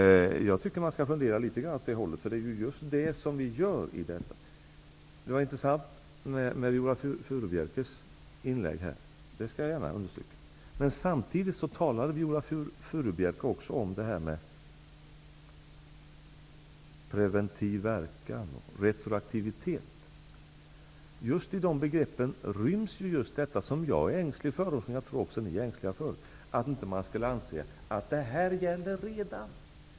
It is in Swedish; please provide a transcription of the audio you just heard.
Jag tycker att man skall fundera litet grand i de banorna, eftersom vi håller på med just det här. Viola Furubjelkes förslag var intressant. Det skall jag gärna understryka. Men samtidigt talade Viola Furubjelke också om preventiv verkan och retroaktivitet. Just i de begreppen ryms det som jag är ängslig för och som jag också tror att ni är ängsliga för, nämligen att man inte skall anse att det här redan gäller.